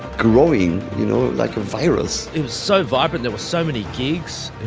growing, you know, like a virus it was so vibrant. there were so many gigs,